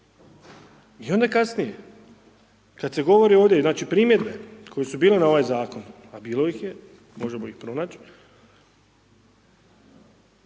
I onda kasnije, kada se govori ovdje, znači, primjedbe koje su bile na ovaj Zakon, a bilo ih je, možemo ih pronaći,